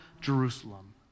Jerusalem